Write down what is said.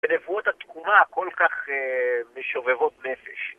בנבואות התקומה כל כך משובבות נפש